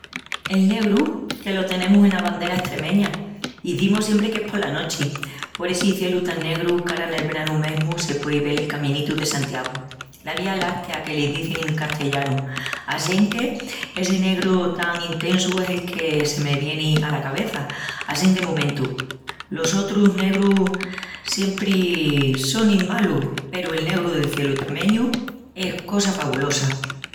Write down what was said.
El negru, que lo tenemus ena bandera estremeña, izimus siempri que es pola nochi, por essi cielu tan negru qu'ara nel branu mesmu se puei vel el Caminitu de Santiagu, la Vía Láctea que l'izin en castillanu. Assinque essi negru tan intesu es el que se me vieni ala cabeça assín de momentu. Los sotrus negrus siempri sonin malus peru el negru del cielu estremeñu es cosa fabulosa.